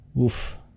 Oof